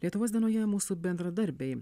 lietuvos dienoje mūsų bendradarbiai